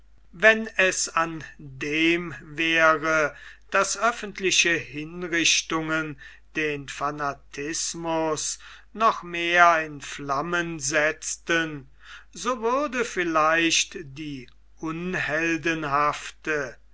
wenn es an dem wäre daß öffentliche hinrichtungen den fanatismus noch mehr in flammen setzten so würde vielleicht die